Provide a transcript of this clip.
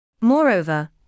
Moreover